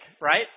right